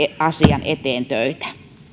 asian eteen töitä